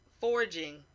forging